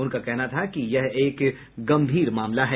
उनका कहना था कि यह एक गंभीर मामला है